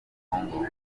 congo